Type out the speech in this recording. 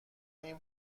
اینجا